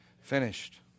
Finished